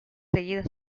seguidas